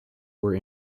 were